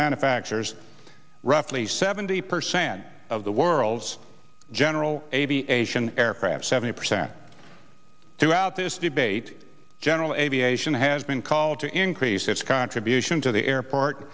manufactures roughly seventy percent of the world's general aviation aircraft seventy percent throughout this debate general aviation has been called to increase its contribution to the airport